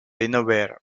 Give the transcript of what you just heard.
dinnerware